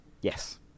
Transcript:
Yes